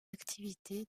activités